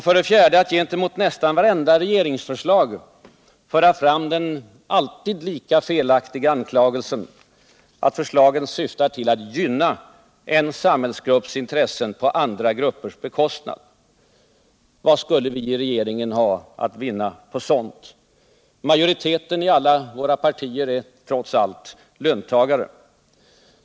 För det fjärde för man gentemot nästan vartenda regeringsförslag fram den alltid lika felaktiga anklagelsen, att förslagen syftar till att gynna en samhällsgrupps intressen på andra gruppers bekostnad. Vad skulle vi i regeringen ha att vinna på sådant? Majoriteten i alla våra partier är trots allt löntagare.